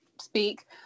speak